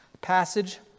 Passage